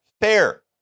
fair